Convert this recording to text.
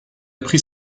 pris